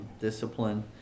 Discipline